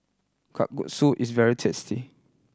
kalguksu is very tasty